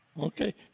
Okay